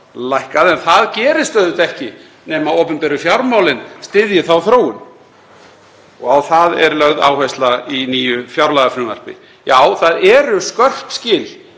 áfram. En það gerist auðvitað ekki nema opinberu fjármálin styðji þá þróun og á það er lögð áhersla í nýju fjárlagafrumvarpi. Já, það eru skörp skil